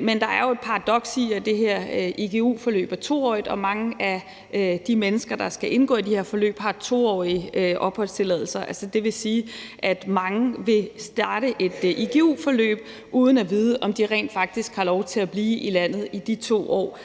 Men der er jo et paradoks i, at det her igu-forløb er 2-årigt, og at mange af de mennesker, der skal indgå i det forløb, har en 2-årig opholdstilladelse. Altså, det vil sige, at mange vil starte på et igu-forløb uden at vide, om de rent faktisk har lov til at blive i landet i de 2 år,